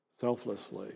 selflessly